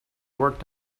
work